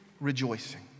rejoicing